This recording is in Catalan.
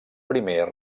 primer